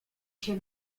się